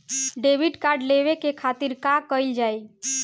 Debit card लेवे के खातिर का कइल जाइ?